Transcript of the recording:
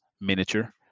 miniature